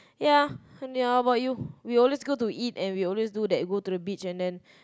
ya and then what about you we always go to eat and we always do that go to the beach and then